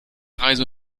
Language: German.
reise